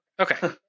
Okay